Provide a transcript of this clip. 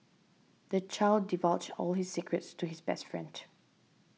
the child divulged all his secrets to his best friend